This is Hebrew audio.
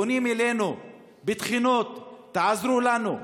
הם פונים אלינו בתחינות: תעזרו לנו,